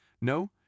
No